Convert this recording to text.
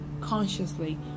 consciously